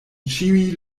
ĉiuj